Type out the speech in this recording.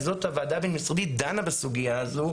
וזאת הוועדה הבין-משרדית דנה בסוגיה הזו,